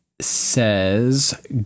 says